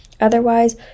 otherwise